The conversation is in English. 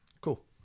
Cool